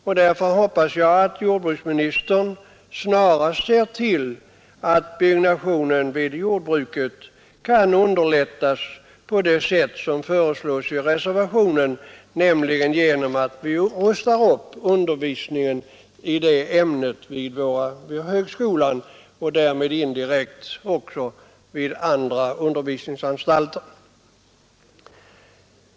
Jag hoppas fördenskull att jordbruksministern snarast ser till att byggnationen inom jordbruket underlättas på det sätt som föreslås i reservationen 8, nämligen genom att vi rustar upp undervisningen i ämnet vid högskolan och därmed indirekt också vid andra undervisningsanstalter.